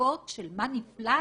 בדיקות של מה נפלט?